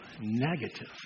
negative